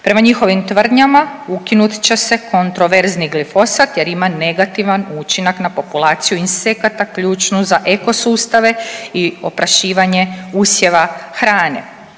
Prema njihovim tvrdnjama ukinut će se kontroverzni glifosat jer ima negativan učinak na populaciju insekata ključnu za ekosustava i oprašivanje usjeva hrane.